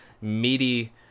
meaty